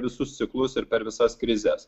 visus ciklus ir per visas krizes